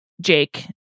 Jake